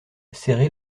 serré